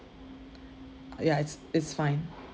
ya it's it's fine